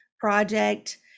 project